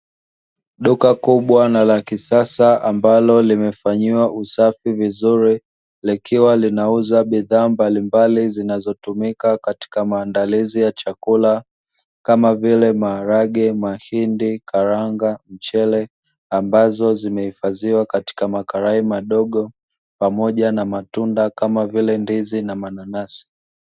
Duka kubwa na la kisasa ambalo limefanyiwa usafi vizuri likiwa linauza bidhaa mbalimbali zinazotumika katika maandalizi ya chakula kama vile; maharage, mahindi, karanga, mchele ambazo zimehifadhiwa katika makarai madogo pamoja na matunda kama vile ndizi na mananasi.